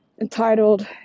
Entitled